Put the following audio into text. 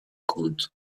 contes